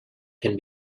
can